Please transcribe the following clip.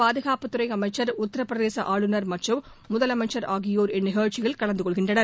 பாதுகாப்புத்துறை அமைச்சர் உத்தரப்பிரதேச ஆளுநர் மற்றும் முதலமைச்சர் ஆகியோர் இந்நிகழ்ச்சியில் கலந்துகொள்கின்றனர்